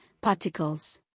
particles